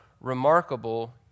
remarkable